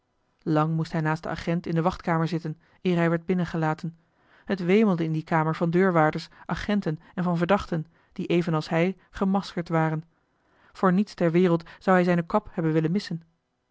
lang moest hij naast den agent in de wachtkamer zitten eer hij werd binnengelaten t wemelde in die kamer van deurwaarders agenten en van verdachten die evenals hij gemaskerd waren voor niets ter wereld zou hij zijne kap hebben willen missen